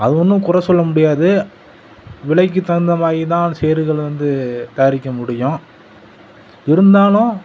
அது ஒன்றும் குறை சொல்ல முடியாது விலைக்கு தகுந்தமாதிரி தான் சேர்கள் வந்து தயாரிக்க முடியும் இருந்தாலும்